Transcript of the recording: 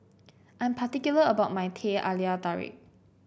I'm particular about my Teh Halia Tarik